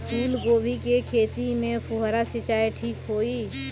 फूल गोभी के खेती में फुहारा सिंचाई ठीक होई?